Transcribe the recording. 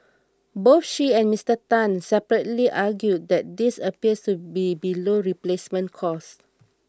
both she and Mister Tan separately argued that this appears to be below replacement cost